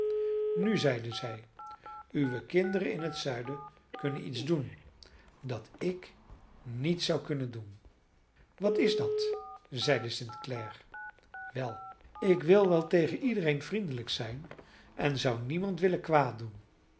nu zeide zij uwe kinderen in het zuiden kunnen iets doen dat ik niet zou kunnen doen wat is dat zeide st clare wel ik wil wel tegen iedereen vriendelijk zijn en zou niemand willen kwaad doen